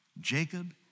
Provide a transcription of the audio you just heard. Jacob